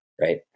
right